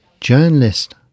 journalist